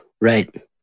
right